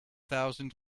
thousand